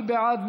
מי בעד?